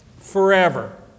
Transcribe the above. forever